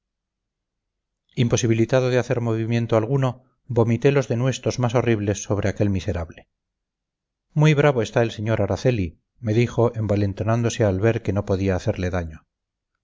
imposibilitado de hacer movimiento alguno vomité los denuestos más horribles sobre aquel miserable muy bravo está el sr araceli me dijo envalentonándose al ver que no podía hacerle daño